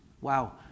wow